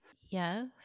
Yes